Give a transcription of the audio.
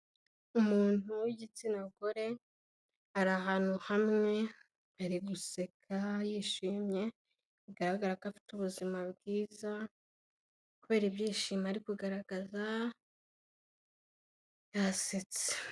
Umuntu w'igitsina gore ari ahantu hamwe ari guseka yishimye, bigaragara ko afite ubuzima bwiza, kubera ibyishimo ari kugaragaza yasetse.